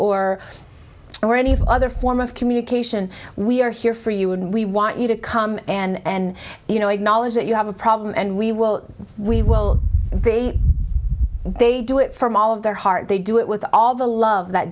or or any other form of communication we are here for you and we want you to come and you know acknowledge that you have a problem and we will we will they they do it from all of their heart they do it with all the love that